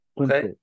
Okay